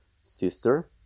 sister